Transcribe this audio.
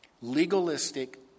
legalistic